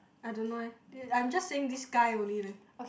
I don't know eh I'm just saying this guy only leh